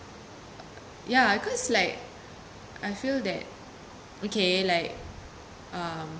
ya because like I feel that okay like um